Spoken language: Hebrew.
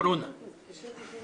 זה שיקול